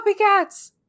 copycats